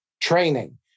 training